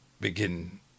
begin